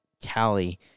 tally